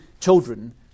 children